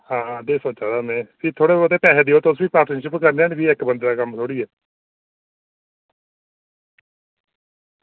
आं ते सोचा दा हा में की थोह्ड़े बत्ते पैसे देओ तुस बी पार्टनरशिप करने आं नी भी इक्क बंदे दा कम्म थोह्ड़े ऐ